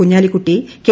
Kunhalikutty K